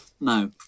No